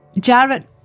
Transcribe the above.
Jarrett